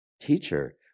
Teacher